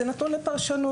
זה נתון לפרשנות.